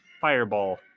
fireball